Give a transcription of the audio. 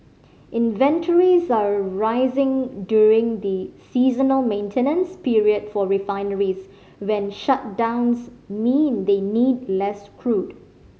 inventories are rising during the seasonal maintenance period for refineries when shutdowns mean they need less crude